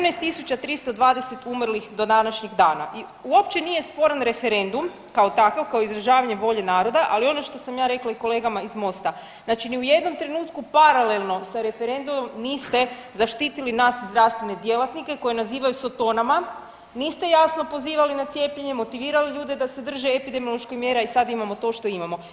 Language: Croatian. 14320 umrlih do današnjeg dana i uopće nije sporan referendum kao takav kao izražavanje volje naroda, ali ono što sam ja rekla i kolegama iz MOST-a, znači ni u jednom trenutku paralelno sa referendumom niste zaštitili nas zdravstvene djelatnike koje nazivaju sotonama, niste jasno pozivali na cijepljenje, motivirali ljude da se drže epidemioloških mjera i sad imamo to što imamo.